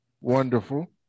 Wonderful